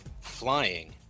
Flying